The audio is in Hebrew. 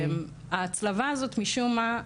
ההצלבה הזאת משום מה,